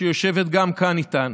שגם יושבת כאן איתנו.